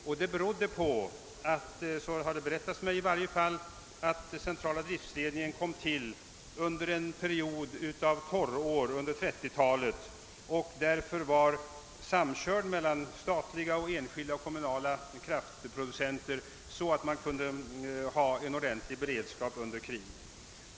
Och det berodde på har det berättats mig — att centrala driftledningen tillkom under en period av torrår under 1930 talet och att statliga, enskilda och kommunala kraftproducenter därför var samkörda.